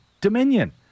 Dominion